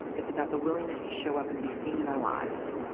it's about the willingness to show up and be seen in our lives.